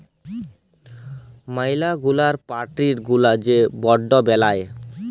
ম্যালা গুলা পার্টি গুলা যে বন্ড বেলায়